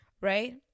right